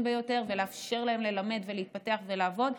ביותר ולאפשר להם ללמד ולהתפתח ולעבוד.